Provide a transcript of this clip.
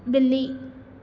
बि॒ली